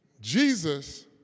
Jesus